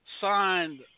signed